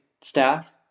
staff